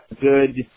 good